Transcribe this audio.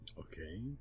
okay